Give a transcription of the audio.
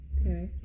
Okay